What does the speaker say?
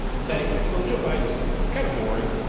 so anyway, so the joe biden store. it's kinda boring.